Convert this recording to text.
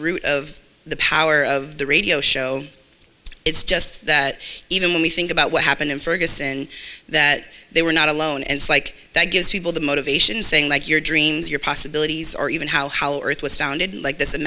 root of the power of the radio show it's just that even when we think about what happened in ferguson that they were not alone and like that gives people the motivation saying like your dreams your possibilities or even how how earth was founded like this